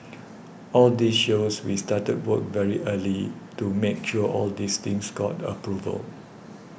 all this shows we started work very early to make sure all these things got approval